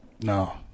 No